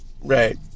Right